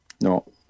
No